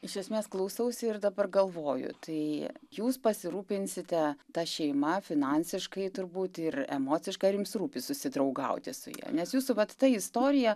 iš esmės klausausi ir dabar galvoju tai jūs pasirūpinsite ta šeima finansiškai turbūt ir emociškai ar jums rūpi susidraugauti su ja nes jūsų vat ta istorija